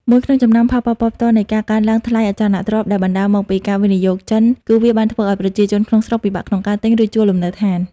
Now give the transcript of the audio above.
មួយក្នុងចំណោមផលប៉ះពាល់ផ្ទាល់នៃការកើនឡើងថ្លៃអចលនទ្រព្យដែលបណ្តាលមកពីការវិនិយោគចិន គឺវាបានធ្វើឲ្យប្រជាជនក្នុងស្រុកពិបាកក្នុងការទិញ ឬជួលលំនៅឋាន។